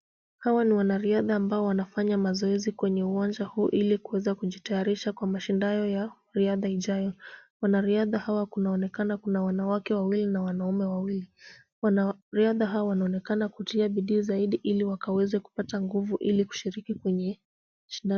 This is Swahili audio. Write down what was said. Hawa na wanariadha ambao wanafanya mazoezi kwenye uwanja huu ili kuweza kujitayarisha kwa mashindano ya riadha ijao. Wanariadha hawa kunaonekana kuna wanawake wawili na wanaume wawili. Wanariadha hawa wanaonekana kutia bidii zaidi ili wakaweze kupata nguvu ili kushiriki kwenye shindano.